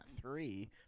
three